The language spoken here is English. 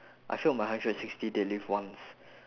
I failed my hundred and sixty deadlift once